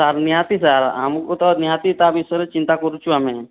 sir ନିହାତି sir ଆମକୁ ତ ନିହାତି ତା' ବିଷୟରେ ଚିନ୍ତା କରୁଛୁ ଆମେ